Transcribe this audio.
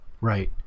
Right